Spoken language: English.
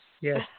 Yes